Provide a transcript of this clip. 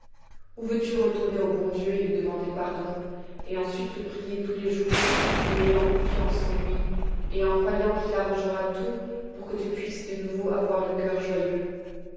ou veux-tu retourner au bon dieu et lui demander pardon et ensuite le prier tous les jours en ayant confiance en lui et en croyant qu'il arrangera tout pour que tu puisses de nouveau avoir le cœur joyeux